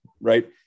right